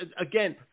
again